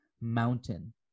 mountain